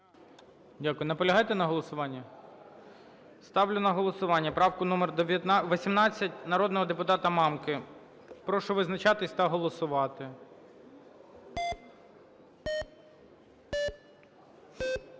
дякую. Наполягаєте на голосуванні? Ставлю на голосування правку номер 18 народного депутата Мамки. Прошу визначатися та голосувати. 13:01:42